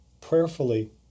prayerfully